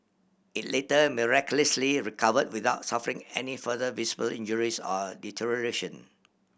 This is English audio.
it later miraculously recovered without suffering any further visible injuries or deterioration